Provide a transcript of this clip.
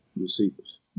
receivers